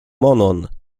monon